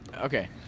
Okay